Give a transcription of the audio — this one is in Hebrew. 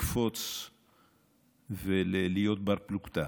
לקפוץ ולהיות בר-פלוגתא,